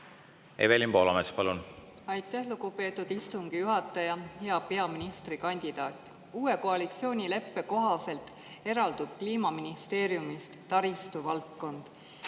Evelin Poolamets, palun! Aitäh, lugupeetud istungi juhataja! Hea peaministrikandidaat! Uue koalitsioonileppe kohaselt eraldub Kliimaministeeriumist taristuvaldkond.